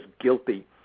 guilty